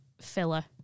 filler